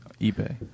eBay